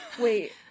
Wait